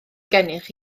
gennych